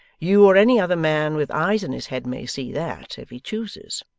you or any other man with eyes in his head may see that, if he chooses